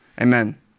Amen